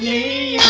a